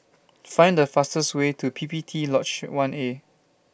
Find The fastest Way to P P T Lodge one A